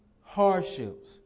hardships